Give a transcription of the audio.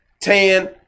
tan